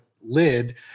lid